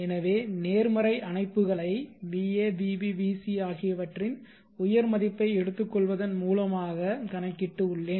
எனவே நேர்மறை அணைப்புகளை va vb vc ஆகியவற்றின் உயர் மதிப்பை எடுத்துக்கொள்வதன் மூலமாக கணக்கிட்டு உள்ளேன்